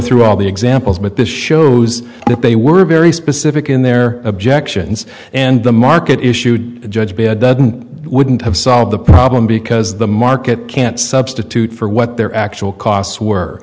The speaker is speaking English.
through all the examples but this shows that they were very specific in their objections and the market issued judge be a dozen wouldn't have solved the problem because the market can't substitute for what their actual costs were